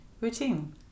routine